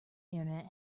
internet